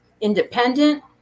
independent